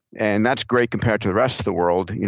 and that's great compared to the rest of the world.